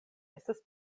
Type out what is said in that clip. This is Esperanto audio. estas